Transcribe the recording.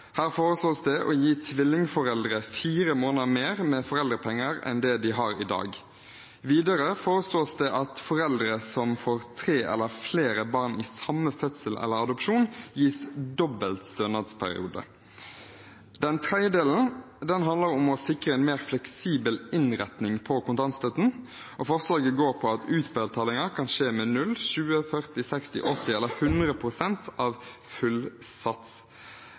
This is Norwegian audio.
Her foreslås det å gi tvillingforeldre fire måneder mer med foreldrepenger enn det de har i dag. Videre foreslås det at foreldre som får tre eller flere barn i samme fødsel eller ved adopsjon, gis dobbel stønadsperiode. Den tredje delen handler om å sikre en mer fleksibel innretning av kontantstøtten. Forslaget går ut på at utbetalinger kan skje med 20, 40, 60, 80 eller 100 pst. av full sats.